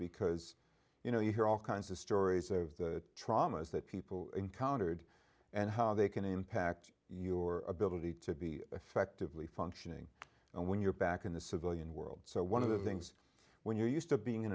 because you know you hear all kinds of stories of the traumas that people encountered and how they can impact your ability to be effectively functioning and when you're back in the civilian world so one of the things when you're used to being